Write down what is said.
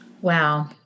Wow